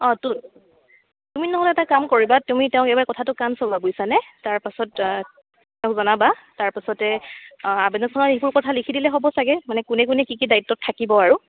অঁ তুমি নহ'লে এটা কাম কৰিবা তুমি তেওঁক এবাৰ কথাটো কাণ চোৱাবা বুজিছানে তাৰপাছত মোক জনাবা তাৰপাছতে আবেদনখনত এইবোৰ কথা লিখি দিলে হ'ব চাগে মানে কোনে কোনে কি কি দায়িত্বত থাকিব আৰু